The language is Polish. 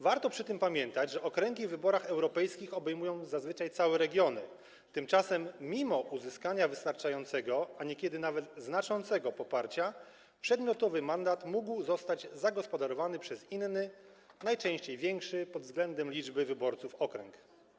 Warto przy tym pamiętać, że okręgi w wyborach europejskich obejmują zazwyczaj całe regiony, tymczasem mimo uzyskania wystarczającego, a niekiedy nawet znaczącego poparcia przedmiotowy mandat mógł zostać zagospodarowany przez inny, najczęściej większy pod względem liczby wyborców okręg.